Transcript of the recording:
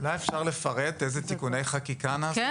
אולי אפשר לפרט איזה תיקוני חקיקה נעשו בעקבות הדוח?